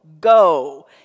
go